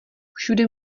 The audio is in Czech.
všude